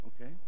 Okay